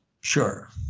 sure